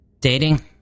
Dating